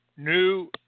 New